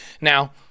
Now